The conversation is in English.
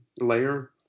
layer